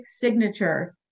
signature